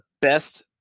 best